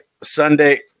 Sunday